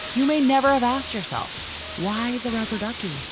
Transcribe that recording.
you may never have asked yourself why the rubber ducky?